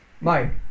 Mike